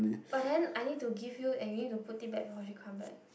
but then I need to give you and you need to put it back before she come back